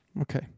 Okay